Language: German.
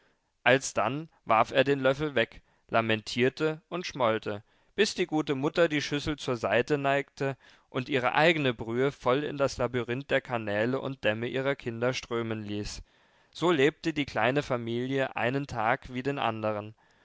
alsdann warf er den löffel weg lamentierte und schmollte bis die gute mutter die schüssel zur seite neigte und ihre eigene brühe voll in das labyrinth der kanäle und dämme ihrer kinder strömen ließ so lebte die kleine familie einen tag wie den andern